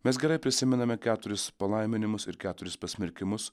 mes gerai prisimename keturis palaiminimus ir keturis pasmerkimus